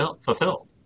fulfilled